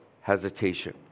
hesitation